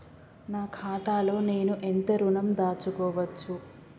నా ఖాతాలో నేను ఎంత ఋణం దాచుకోవచ్చు?